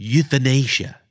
Euthanasia